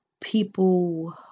people